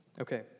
Okay